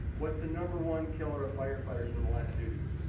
what's the number one killer of firefighters in the line of duty?